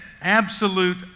absolute